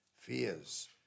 fears